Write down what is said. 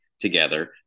together